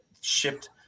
shipped